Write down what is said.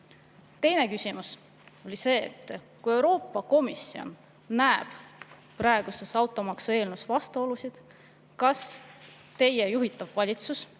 Teine küsimus oli see, et kui Euroopa Komisjon näeb praeguses automaksu eelnõus vastuolusid, kas siis peaministri juhitav valitsus